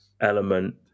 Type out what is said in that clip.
element